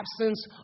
absence